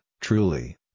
truly